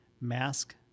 mask